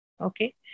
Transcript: Okay